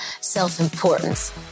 self-importance